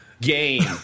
game